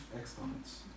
exponents